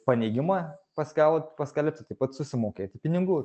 paneigimą paskelbt paskelbti taip pat susimokėti pinigų